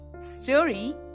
story